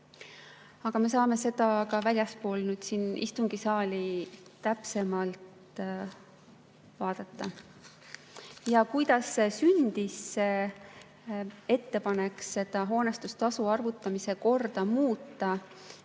Aga me saame seda ka väljaspool istungisaali täpsemalt vaadata. Ja kuidas sündis ettepanek seda hoonestustasu arvutamise korda muuta?